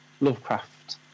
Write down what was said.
Lovecraft